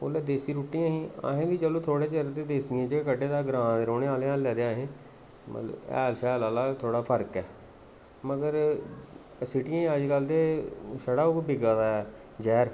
उसलै देसी रुट्टियां हियां असें बी थोह्ड़े चिर चलो देसियें च कड्ढै दा ऐ ग्रांऽ दे रौंह्ने आह्ले आं हल्लै ते असें मतलब हैल शाल आह्ला थ्होड़ा फर्क ऐ मगर सीटियें च अज्जकल ते छड़ा उ'ऐ बिका दा ऐ जैह्र